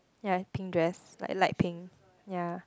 ya pink dress like light pink ya